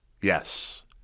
Yes